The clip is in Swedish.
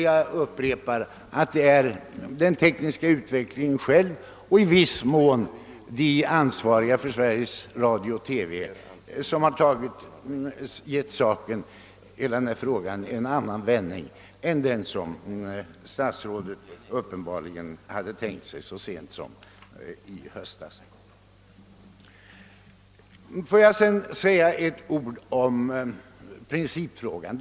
Jag upprepar att det är den tekniska utvecklingen och i viss mån de ansvariga i Sveriges Radio-TV som gett hela denna fråga en annan vändning än vad statsrådet uppenbarligen hade tänkt sig så sent som 1 höstas. Får jag sedan säga ett par ord i den av herr Turesson berörda principfrågan.